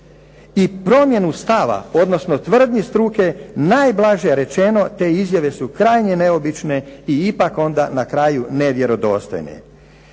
i promjenu stava odnosno tvrdnju struke najblaže rečeno te izjave krajnje neobične i ipak onda na kraju nevjerodostojne.